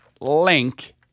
link